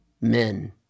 men